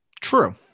True